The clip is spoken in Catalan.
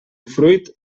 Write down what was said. fruit